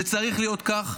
זה צריך להיות כך.